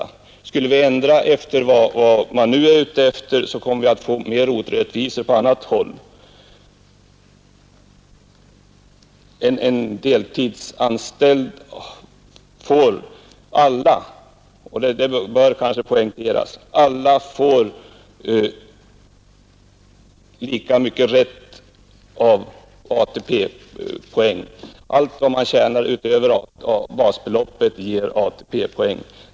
Om vi skulle ändra systemet i enlighet med nu gjorda framställningar, skulle flera orättvisor uppstå på annat håll. Det bör kanske här poängteras att alla får lika stor rätt till ATP-poäng, eftersom allt man tjänar utöver basbeloppet ger poäng.